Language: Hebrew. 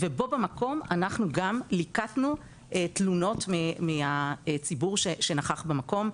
ובו במקום אנחנו גם ליקטנו תלונות מהציבור שנכח במקום,